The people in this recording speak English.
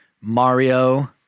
Mario